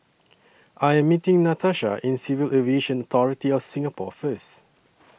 I Am meeting Natasha in Civil Aviation Authority of Singapore First